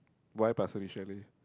why Pasir-Ris chalet